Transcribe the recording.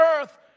earth